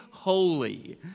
holy